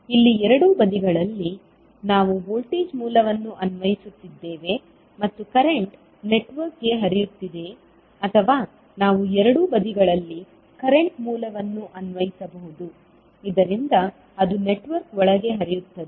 ಇಲ್ಲಿ ಎರಡೂ ಬದಿಗಳಲ್ಲಿ ನಾವು ವೋಲ್ಟೇಜ್ ಮೂಲವನ್ನು ಅನ್ವಯಿಸುತ್ತಿದ್ದೇವೆ ಮತ್ತು ಕರೆಂಟ್ ನೆಟ್ವರ್ಕ್ಗೆ ಹರಿಯುತ್ತಿದೆ ಅಥವಾ ನಾವು ಎರಡೂ ಬದಿಗಳಲ್ಲಿ ಕರೆಂಟ್ ಮೂಲವನ್ನು ಅನ್ವಯಿಸಬಹುದು ಇದರಿಂದ ಅದು ನೆಟ್ವರ್ಕ್ ಒಳಗೆ ಹರಿಯುತ್ತದೆ